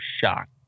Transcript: shocked